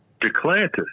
Declantis